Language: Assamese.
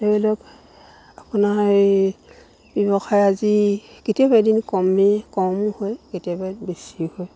ধৰি লওক আপোনাৰ এই ব্যৱসায় আজি কেতিয়াবা এদিন কমেই কমো হয় কেতিয়াবা বেছিও হয়